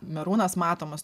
merūnas matomas